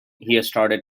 painting